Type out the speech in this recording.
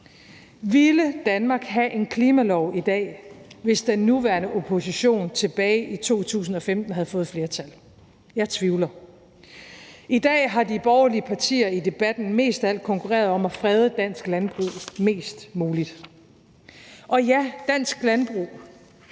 Ville Danmark have en klimalov i dag, hvis den nuværende opposition tilbage i 2015 havde fået flertal? Jeg tvivler. I dag har de borgerlige partier i debatten mest af alt konkurreret om at frede dansk landbrug mest muligt. Og ja, dansk landbrug